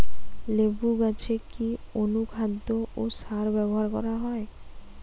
লেবু গাছে কি অনুখাদ্য ও সার ব্যবহার করা হয়?